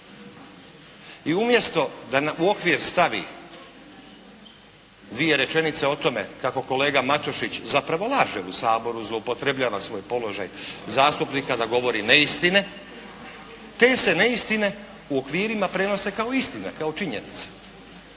I umjesto da u okvir stavi dvije rečenice o tome kako kolega Matušić zapravo laže u Saboru, zloupotrjebljava svoj položaj zastupnika da govori neistine. Te se neistine u okvirima prenose kao istine, kao činjenice.